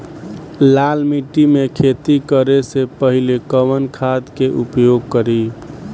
लाल माटी में खेती करे से पहिले कवन खाद के उपयोग करीं?